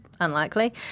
unlikely